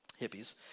hippies